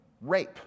Rape